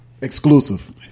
exclusive